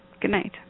goodnight